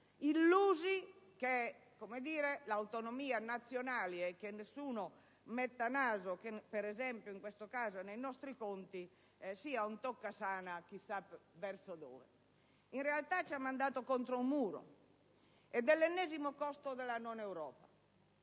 illusi che l'autonomia nazionale, il fatto che nessuno metta il naso, in questo caso, nei nostri conti, sia un toccasana chissà verso dove. In realtà, ci ha mandato contro un muro ed è l'ennesimo costo della non Europa.